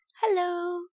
Hello